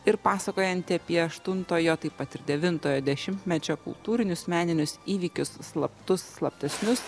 ir pasakojanti apie aštuntojo taip pat ir devintojo dešimtmečio kultūrinius meninius įvykius slaptus slaptesnius